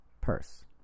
purse